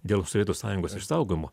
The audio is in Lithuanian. dėl sovietų sąjungos išsaugojimo